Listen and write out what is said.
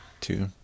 two